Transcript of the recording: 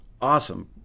awesome